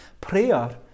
prayer